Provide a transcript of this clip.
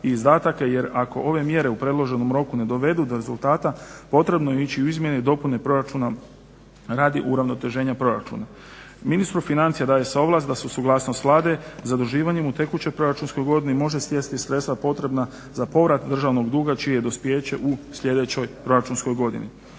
i izdataka jer ako ove mjere u predloženom roku ne dovedu do rezultata potrebno je ići u izmjene i dopune proračuna radi uravnoteženja proračuna. Ministru financija daje se ovlast da se uz suglasnost Vlade zaduživanjem u tekućoj proračunskoj godini može …/Govornik se ne razumije./… sredstva potrebna za povrat državnog duga čije je dospijeće u sljedećoj proračunskoj godini.